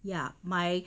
ya my